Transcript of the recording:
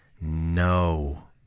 no